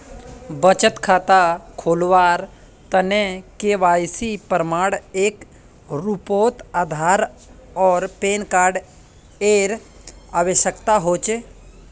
बचत खता खोलावार तने के.वाइ.सी प्रमाण एर रूपोत आधार आर पैन कार्ड एर आवश्यकता होचे